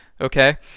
okay